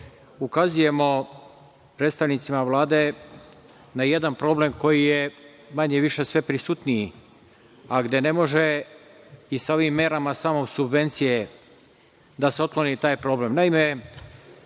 ukazujemo predstavnicima Vlade na jedan problem koji je manje-više sve prisutniji, a gde ne može i sa ovim merama samo subvencije da se otkloni taj problem. Naime,